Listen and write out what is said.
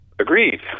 agreed